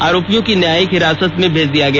आरोपियों को न्यायिक हिरासत में भेज दिया गया